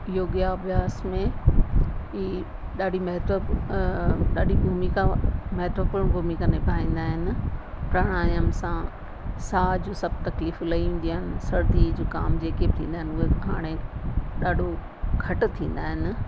योगा अभ्यास में ई ॾाढी महत्व ॾाढी भूमिका महत्वपूर्ण भूमिका निभाईंदा आहिनि प्रणायाम सां साह जो सभु तकलीफ़ूं लही वेंदियूं आहिनि सर्दी ज़ुखाम जेके बि थींदा आहिनि उहे बि हाणे ॾाढो घटि थींदा आहिनि